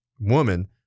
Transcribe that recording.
woman